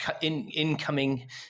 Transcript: incoming